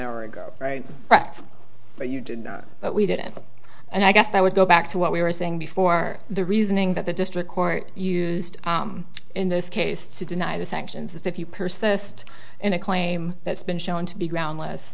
hour ago right but you did not but we didn't and i guess that would go back to what we were saying before the reasoning that the district court used in this case to deny the sanctions if you persist in a claim that's been shown to be groundless